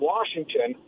Washington